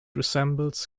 resembles